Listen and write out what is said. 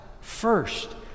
First